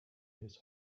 his